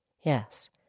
Yes